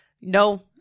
No